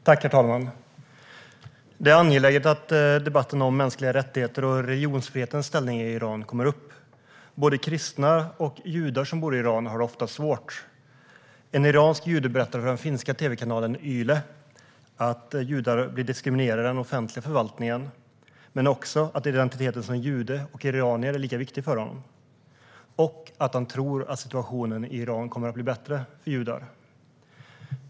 Herr talman! Det är angeläget att debatten om mänskliga rättigheter och religionsfrihetens ställning i Iran kommer upp. Både kristna och judar som bor i Iran har det ofta svårt. En iransk jude berättar för den finska tv-kanalen Yle att judar diskrimineras i den offentliga förvaltningen men också att identiteten som judar och iranier är lika viktig för dem och att de tror att situationen för judar i Iran kommer att bli bättre.